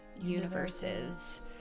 universes